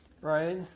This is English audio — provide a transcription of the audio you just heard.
right